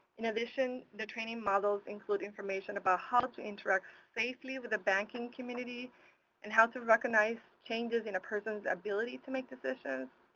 in addition, the training models include information about how to interact safely with the banking community and how to recognize changes in a person's ability to make decisions.